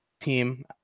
team